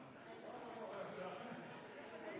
statsråd